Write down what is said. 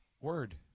word